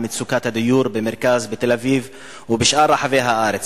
מצוקת הדיור בתל-אביב ובשאר רחבי הארץ.